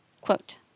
Quote